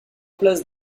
place